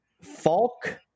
Falk